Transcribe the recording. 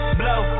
blow